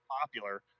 popular